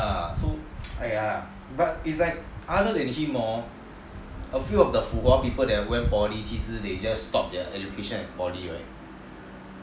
ya so !aiya! but is like other than him hor a few of the wu bo that went poly 其实 they just stopped their education at poly right